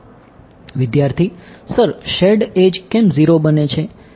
વિદ્યાર્થી sir shared edge કેમ 0 બને છે